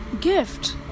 gift